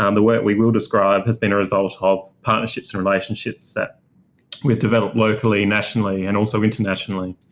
um the work we will describe has been a result of partnerships and relationships that we've developed locally, nationally and also internationally.